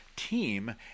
Team